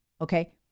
Okay